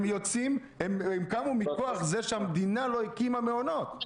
הם קמו מכוח זה שהמדינה לא הקימה מעונות.